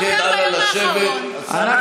השר ביטון, תודה רבה.